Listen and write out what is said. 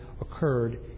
occurred